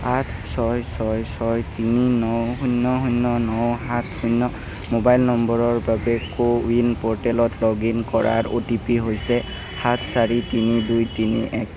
আঠ ছয় ছয় ছয় তিনি ন শূন্য শূন্য ন সাত শূন্য মোবাইল নম্বৰৰ বাবে ক'ৱিন প'ৰ্টেলত লগ ইন কৰাৰ অ' টি পি হৈছে সাত চাৰি তিনি দুই তিনি এক